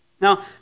Now